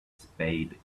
spade